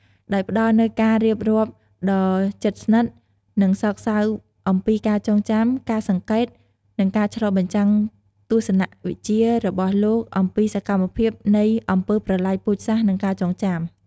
ដោយផ្តល់នូវការរៀបរាប់ដ៏ជិតស្និទ្ធ និងសោកសៅអំពីការចងចាំ ការសង្កេត និងការឆ្លុះបញ្ចាំងទស្សនវិជ្ជារបស់លោកអំពីសម្មភាពនៃអំពើប្រល័យពូជសាសន៍ និងការចងចាំ។